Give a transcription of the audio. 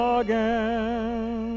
again